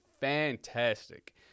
fantastic